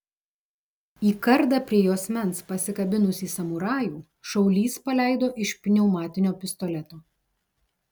į kardą prie juosmens pasikabinusį samurajų šaulys paleido iš pneumatinio pistoleto